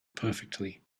perfectly